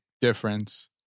difference